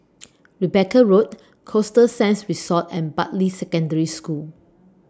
Rebecca Road Costa Sands Resort and Bartley Secondary School